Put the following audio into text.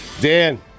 Dan